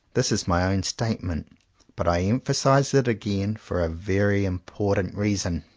this is my own statement but i emphasize it again for a very important reason.